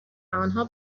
آنها